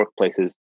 workplaces